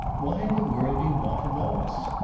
why in the world do you want to know us?